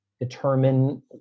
determine